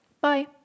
Bye